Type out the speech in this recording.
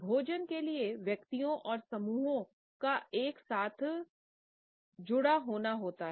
भोजन के लिए व्यक्तियों और समूहों को एक साथ जोड़ता है